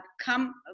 come